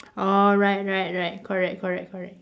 orh right right right correct correct correct